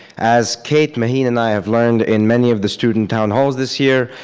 as kate, majin, and i have learned in many of the student town halls this year,